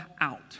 out